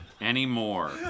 anymore